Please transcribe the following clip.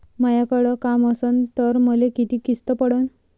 मायाकडे काम असन तर मले किती किस्त पडन?